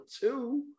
two